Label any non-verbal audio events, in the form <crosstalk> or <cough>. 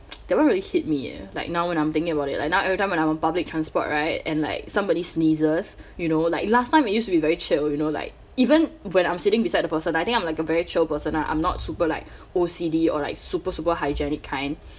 <noise> that one really hit me ah like now when I'm thinking about it like now every time when I'm on public transport right and like somebody sneezes you know like last time it used to be very chill you know like even when I'm sitting beside the person I think I'm like a very chill person I I'm not super like O_C_D or like super super hygienic kind